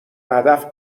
هدف